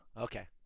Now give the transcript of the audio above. Okay